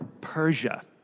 Persia